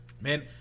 Man